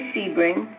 Sebring